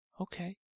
Okay